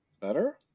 better